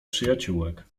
przyjaciółek